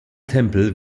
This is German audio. tempel